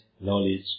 knowledge